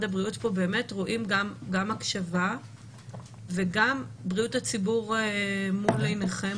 הבריאות פה באמת רואים פה גם הקשבה וגם בריאות הציבור מול עיניכם,